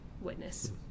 witness